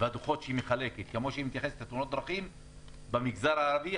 והדוחות שהיא מחלקת כמו שהיא מתייחסת לתאונות דרכים במגזר הערבי,